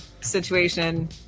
situation